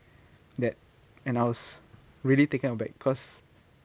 that and I was really taken aback cause